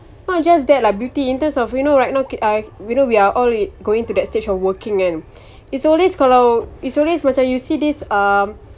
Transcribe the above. not just that lah beauty in terms of you know right k~ uh now we are all going to that stage of working kan it's always kalau it's always macam you see this um